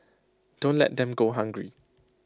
don't let them go hungry